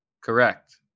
Correct